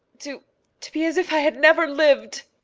to to be as if i had never lived.